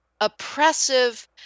oppressive